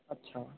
अच्छा